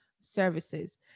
Services